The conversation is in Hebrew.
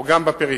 או גם בפריפריות.